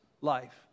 life